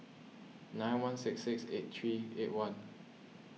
nine one six six eight three eight one